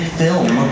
film